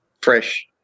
fresh